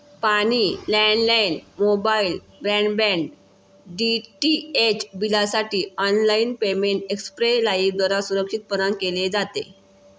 पाणी, landline, mobile, broadband, DTH बिलांसाठी online payment Xpay लाइफद्वारा सुरक्षितपणान केले जाते